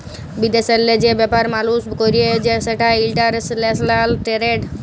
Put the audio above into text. বিদেশেল্লে যে ব্যাপার মালুস ক্যরে সেটা ইলটারল্যাশলাল টেরেড